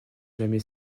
jamais